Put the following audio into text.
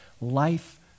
life